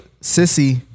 Sissy